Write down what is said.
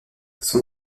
son